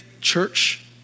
church